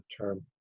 term